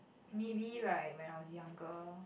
maybe like when I was younger